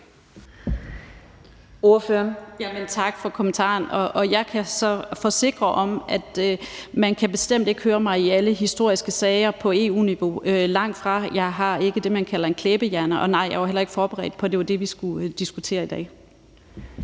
Tak for kommentaren, og jeg kan så forsikre om, at man bestemt ikke kan høre mig i alle historiske sager på EU-niveau, langtfra. Jeg har ikke det, man kalder en klæbehjerne, og nej, jeg var heller ikke forberedt på, at det var det, vi skulle diskutere i dag.